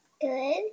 Good